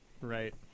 Right